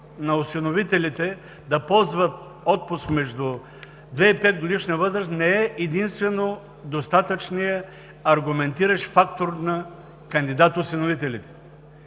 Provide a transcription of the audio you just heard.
на осиновителите – да ползват отпуск между 2 и 5-годишна възраст, не е единствено достатъчният аргументиращ фактор на кандидат осиновителите.